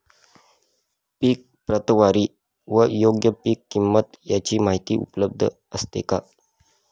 पीक प्रतवारी व योग्य पीक किंमत यांची माहिती उपलब्ध असते का?